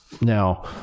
now